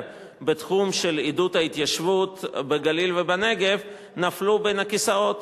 בתחום עידוד ההתיישבות בגליל ובנגב נפלו בין הכיסאות,